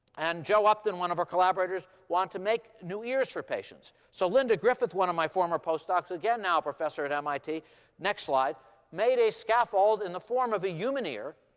and joe upton, one of our collaborators, wants to make new ears for patients. so linda griffith, one of my former postdocs again, now a professor at mit next slide made a scaffold in the form of a human ear.